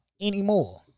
Anymore